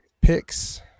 picks